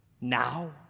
now